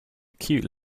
cute